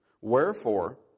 Wherefore